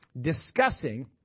discussing